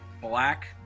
black